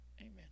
Amen